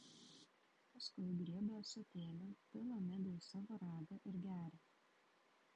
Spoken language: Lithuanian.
paskui griebia ąsotėlį pila midų į savo ragą ir geria